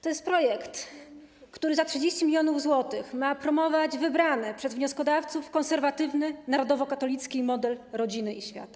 To jest projekt, który za 30 mln zł ma promować wybrany przez wnioskodawców konserwatywny, narodowo-katolicki model rodziny i świata.